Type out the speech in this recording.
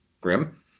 grim